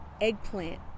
eggplant